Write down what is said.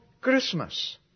Christmas